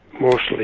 mostly